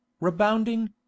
rebounding